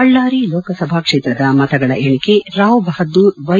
ಬಳ್ಳಾರಿ ಲೋಕಸಭಾ ಕ್ಷೇತ್ರದ ಮತಗಳ ಎಣಿಕೆ ರಾವ್ ಬಹದ್ದೂರ್ ವೈ